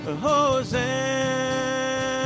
Hosanna